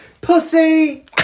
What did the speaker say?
Pussy